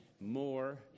more